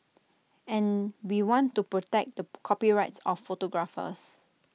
and we want to protect the copyrights of photographers